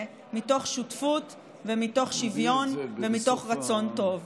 מתוך שותפות ומתוך שוויון ומתוך רצון טוב.